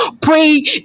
pray